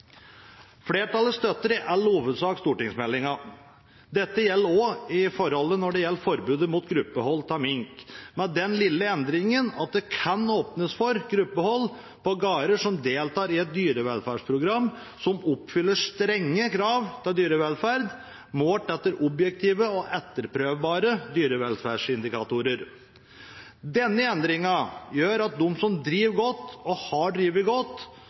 Flertallet støtter i all hovedsak stortingsmeldingen. Dette gjelder også forbudet mot gruppehold av mink, med den lille endringen at det kan åpnes for gruppehold på gårder som deltar i et dyrevelferdsprogram, som oppfyller strenge krav til dyrevelferd, målt etter objektive og etterprøvbare dyrevelferdsindikatorer. Denne endringen gjør at de som driver godt – og har drevet godt